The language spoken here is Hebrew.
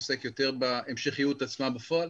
אני עוסק יותר בהמשכיות עצמה בפועל